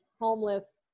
homeless